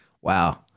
Wow